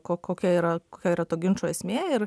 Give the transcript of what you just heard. ko kokia yra kokia yra to ginčo esmė ir